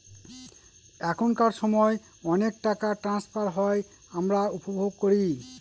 এখনকার সময় অনেক টাকা ট্রান্সফার হয় আমরা উপভোগ করি